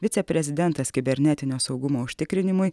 viceprezidentas kibernetinio saugumo užtikrinimui